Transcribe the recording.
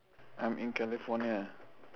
I'm in california